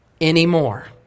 anymore